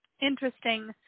interesting